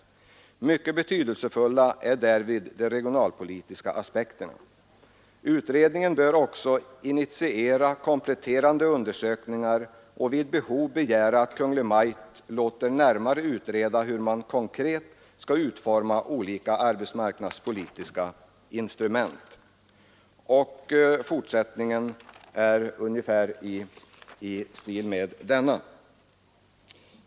Mycket betydelsefulla är därvid de regionalpolitiska aspekterna. Utredningen bör också initiera kompletterande undersökningar och vid behov begära att Kungl. Maj:t låter närmare utreda hur man konkret skall utforma olika arbetsmarknadspolitiska instrument.” Fortsättningen går i stil med detta.